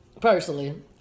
personally